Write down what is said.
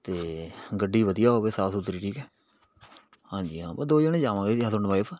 ਅਤੇ ਗੱਡੀ ਵਧੀਆ ਹੋਵੇ ਸਾਫ਼ ਸੁਥਰੀ ਠੀਕ ਹੈ ਹਾਂਜੀ ਹਾਂ ਬਸ ਦੋ ਜਾਣੇ ਜਾਵਾਂਗੇ ਹਸਬੈਂਡ ਵਾਈਫ